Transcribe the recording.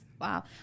Wow